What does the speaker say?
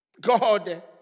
God